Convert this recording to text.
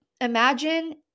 imagine